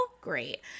Great